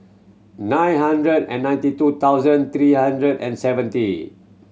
nine hundred and ninety two thousand three hundred and seventy